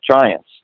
Giants